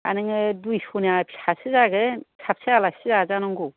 दा नोङो दुइस'ना फिसासो जागोन साबैसे आलासि जाजानांगौ